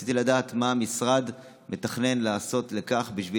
רציתי לדעת מה המשרד מתכנן לעשות בשביל